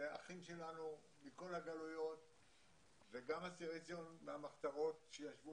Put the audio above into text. זה האחים שלנו מכל הגלויות וגם אסירי ציון מהמחתרות שישבו